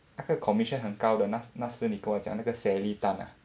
那个 commission 很高的那那时你跟我讲那个 sally tan ah